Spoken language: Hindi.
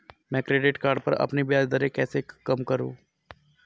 मैं क्रेडिट कार्ड पर अपनी ब्याज दरें कैसे कम करूँ?